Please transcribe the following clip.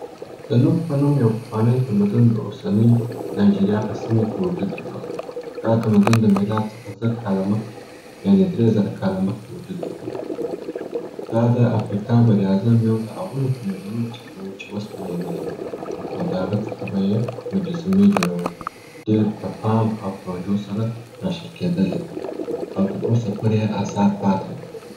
د نوک په نوم یو پخوانی تمدون د اوسنۍ ناجریا په سیمه کي وجود درلود. دا تمدون د میلاد څخه زر کاله مخکي یعني درې زره کاله مخکي وجود درلود. دا د افریکا براعظم یو له اولو تمدونونو څخه و چې وسپنه یې ویلي کړل او د هغه څخه به یې مجسمې جوړولي چې ډېر په پام او توجع سره تراشل کیدلې او تر اوسه پوري یې اثار پاته دي.